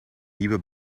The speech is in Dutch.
nieuwe